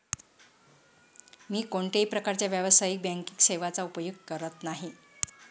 मी कोणत्याही प्रकारच्या व्यावसायिक बँकिंग सेवांचा उपयोग करत नाही